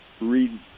read